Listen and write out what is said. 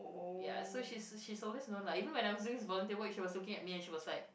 ya so she's she's always known lah even when I was doing this volunteer work she was looking at me and she was like